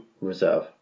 reserve